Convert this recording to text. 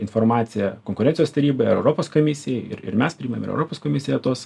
informaciją konkurencijos tarybai ar europos komisijai ir ir mes priimam ir europos komisija tuos